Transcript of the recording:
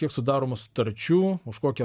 kiek sudaroma sutarčių už kokią